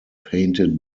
painted